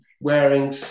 wearing